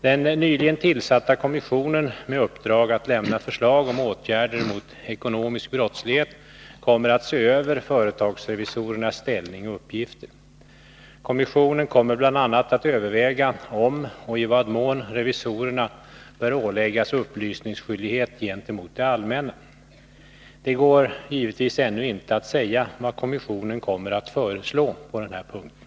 Den nyligen tillsatta kommissionen med uppdrag att lämna förslag om åtgärder mot ekonomisk brottslighet kommer att se över företagsrevisorernas ställning och uppgifter. Kommissionen kommer bl.a. att överväga om och i vad mån revisorerna bör åläggas en upplysningsplikt gentemot det allmänna. Det går givetvis ännu inte att säga vad kommissionen kommer att föreslå på den här punkten.